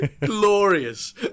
glorious